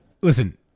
Listen